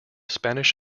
spanish